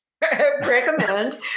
recommend